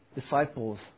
disciples